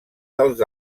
dels